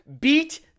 beat